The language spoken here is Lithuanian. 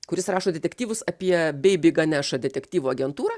kuris rašo detektyvus apie beibi ganeša detektyvų agentūrą